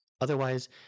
Otherwise